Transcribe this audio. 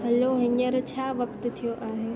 hello हींअर छा वक्त थियो आहे